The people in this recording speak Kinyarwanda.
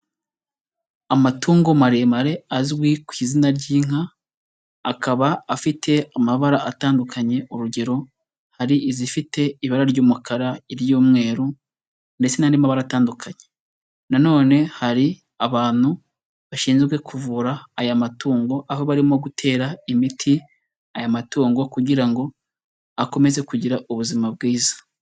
Amatungo maremare azwi ku izina ry'inka, akaba afite amabara atandukanye, urugero hari izifite ibara ry'umukara, iry'umweru ndetse n'andi mabara atandukanye na none hari abantu bashinzwe kuvura aya matungo aho barimo gutera imiti aya matungo kugira ngo akomeze kugira ubuzima bwiza.